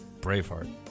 Braveheart